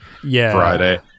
Friday